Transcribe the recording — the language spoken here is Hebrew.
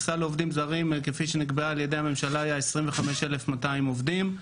כפי שנקבע על ידי הממשלה, היה 25,200 עובדים.